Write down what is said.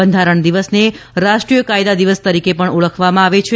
બંધારણ દિવસને રાષ્ટ્રીય કાયદા દિવસ તરીકે પણ ઓળખવામાં આવે છે